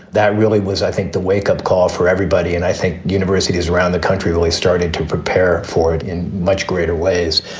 that really was, i think, the wakeup call for everybody. and i think universities around the country really started to prepare for it in much greater ways.